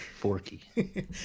Forky